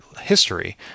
history